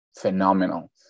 phenomenal